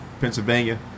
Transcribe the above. Pennsylvania